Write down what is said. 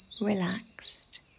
relaxed